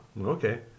okay